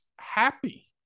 happy